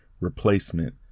replacement